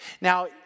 Now